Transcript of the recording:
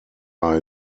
are